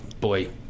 boy